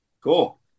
Cool